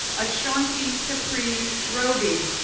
ashaunti capri roby,